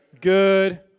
Good